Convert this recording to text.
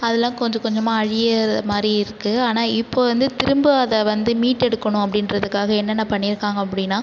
அதெல்லாம் கொஞ்சம் கொஞ்சமாக அழிகிற மாதிரிருக்கு ஆனால் இப்போது வந்து திரும்ப அதை வந்து மீட்டெடுக்கணும் அப்படின்றதுக்காக என்னென்ன பண்ணியிருக்காங்க அப்படின்னா